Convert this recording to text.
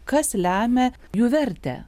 kas lemia jų vertę